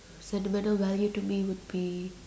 sentimental value to me would be